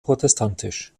protestantisch